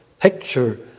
picture